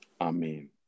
Amen